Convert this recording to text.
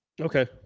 Okay